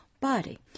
body